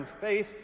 faith